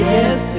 Yes